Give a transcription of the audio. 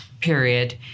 period